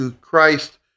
Christ